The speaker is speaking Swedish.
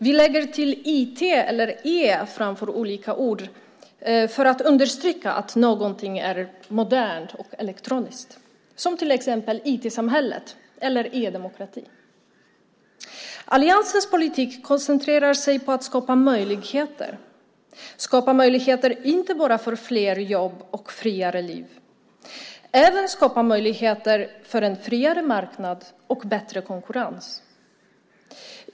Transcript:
Vi lägger till IT eller e framför olika ord för att understryka att någonting är modernt och elektroniskt, till exempel IT-samhället och e-demokrati. Alliansens politik koncentrerar sig på att skapa möjligheter. Den skapar möjligheter inte bara för fler jobb och ett friare liv utan även för en friare marknad och bättre konkurrens.